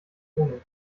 wohnung